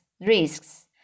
risks